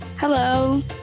Hello